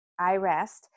iREST